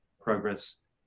progress